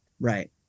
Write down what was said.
right